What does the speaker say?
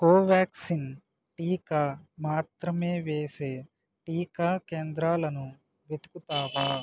కోవ్యాక్సిన్ టీకా మాత్రమే వేసే టీకా కేంద్రాలను వెతుకుతావా